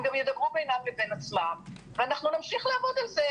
הם גם ידברו בינם לבין עצמם ונמשיך לעבוד על זה.